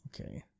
okay